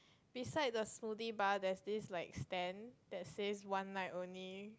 beside the smoothie bar there's this like stand that says one night only